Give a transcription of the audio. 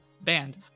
banned